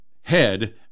head